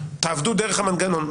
תעבדו דרך המנגנון,